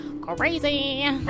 crazy